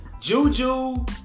Juju